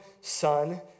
Son